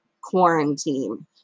quarantine